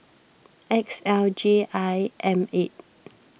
X L J I M eight